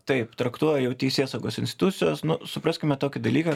taip traktuoja jau teisėsaugos institucijos nu supraskime tokį dalyką